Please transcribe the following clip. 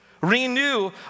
Renew